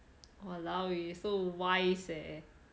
!walao! you so wise leh